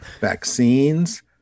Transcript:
vaccines